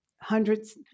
hundreds